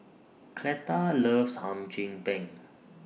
Cleta loves Hum Chim Peng